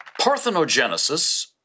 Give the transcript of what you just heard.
Parthenogenesis